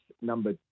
number